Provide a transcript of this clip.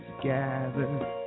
gather